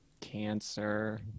cancer